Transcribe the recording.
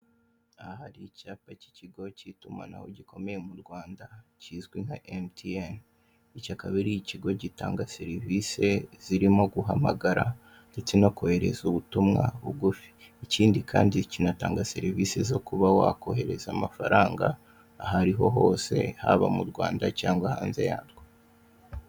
Aha hari icyapa k'ikigo k'itumanaho gikomeye mu Rwanda kizwi nka emutiyeni, iki akaba ari ikigo gitanga serivise zirimo guhamagara ndetse no kohereza ubutumwa bugufi. Ikindi kandi kinatanga serivizi zo kuba wakohereza amafaranga aho ariho hose haba mu Rwanda cyangwa hanze yarwo.